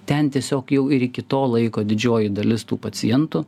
ten tiesiog jau ir iki to laiko didžioji dalis tų pacientų